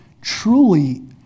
truly